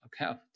okay